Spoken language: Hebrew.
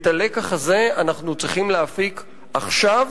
את הלקח הזה אנחנו צריכים להפיק עכשיו.